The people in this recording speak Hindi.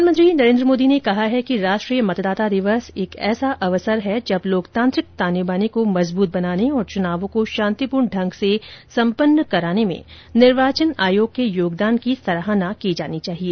प्रधानमंत्री नरेन्द्र मोदी ने कहा है कि राष्ट्रीय मतदाता दिवस एक ऐसा अवसर है जब लोकतांत्रिक ताने बाने को मजबूत बनाने और चुनावों को शांतिपूर्ण ढंग से सम्पन्न कराने में निर्वाचन आयोग के योगदान की सराहना की जानी चाहिए